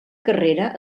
carrera